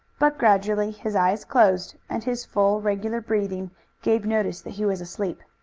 but gradually his eyes closed, and his full, regular breathing gave notice that he was asleep.